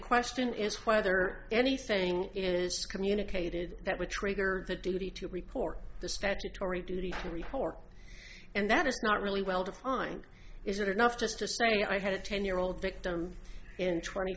question is whether anything is communicated that would trigger the d d to report the statutory duty to report and that is not really well defined is it enough just to say i had a ten year old victim and t